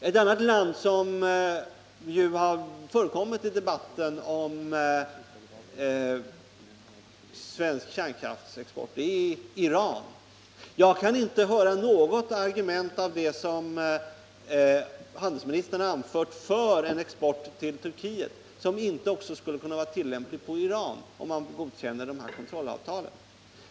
Ett annat land som har förekommit i debatten om svensk kärnkraftsexport är Iran. Jag kan inte finna något argument bland dem som handelsministern anfört för en export till Turkiet som inte också skulle kunna vara tillämpligt på Iran, om det landet godkänner kontrollavtalen.